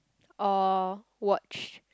or watch